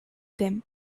them